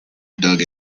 dug